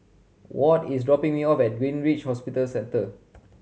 Ward is dropping me off at Greenridge Hospital Centre